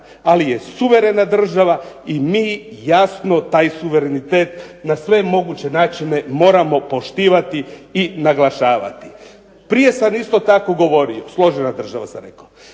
ali je suverena država i mi jasno taj suverenitet na sve moguće načine moramo poštivati i naglašavati. Prije sam isto tako govorio … /Upadica se ne